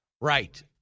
Right